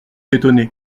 étonné